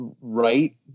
right